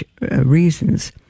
reasons